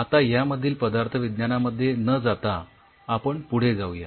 आता यामधील पदार्थविज्ञानामध्ये न जाता पुढे जाऊया